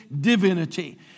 divinity